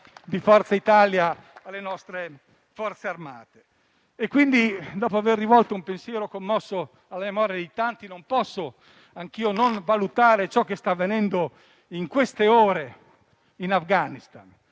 di Forza Italia alle nostre Forze armate e, dopo aver rivolto un pensiero commosso alla memoria di tanti, anch'io non posso non valutare ciò che sta avvenendo in queste ore in Afghanistan.